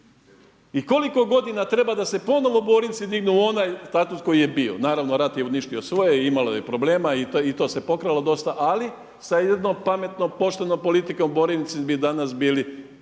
I koliko godina treba da se ponovo Borinci dignu u onaj status koji je bio. Naravno, rat je uništio svoje i imalo je problema i to se pokralo dosta, ali sa jednom pametnom, poštenom politikom Borinci bi danas bili